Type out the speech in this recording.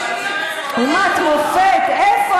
איפה?